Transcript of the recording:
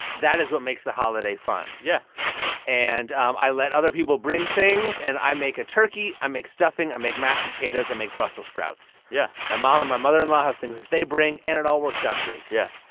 that is what makes the holiday fun yeah and um i let other people bring things. and i make a turkey. i make stuffing. i make mashed potatoes. i make brussels sprouts yeah my mom and my mother-in-law have things that they bring, and and all works out great yeah.